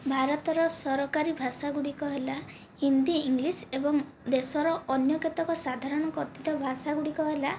ଭାରତର ସରକାରୀ ଭାଷା ଗୁଡ଼ିକ ହେଲା ହିନ୍ଦୀ ଇଂଲିଶ ଏବଂ ଦେଶର ଅନ୍ୟ କେତେକ ସାଧାରଣ କଥିତ ଭାଷା ଗୁଡ଼ିକ ହେଲା